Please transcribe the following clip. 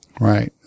Right